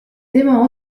tema